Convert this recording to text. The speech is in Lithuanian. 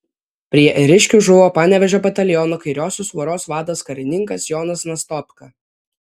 prie ėriškių žuvo panevėžio bataliono kairiosios voros vadas karininkas jonas nastopka